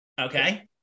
Okay